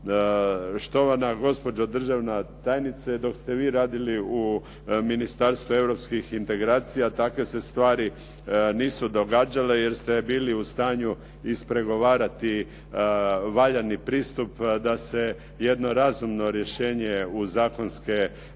Štovana gospođo državna tajnice dok ste vi radili u Ministarstvu europskih integracija takve se stvari nisu događale, jer ste bili u stanju ispregovarati valjani pristup a da se jedno razumno rješenje u zakonsku